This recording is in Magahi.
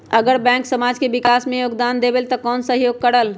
अगर बैंक समाज के विकास मे योगदान देबले त कबन सहयोग करल?